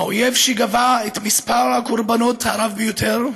האויב שגבה את מספר הקורבנות הרב ביותר,